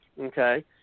Okay